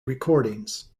recordings